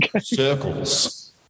Circles